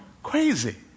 Crazy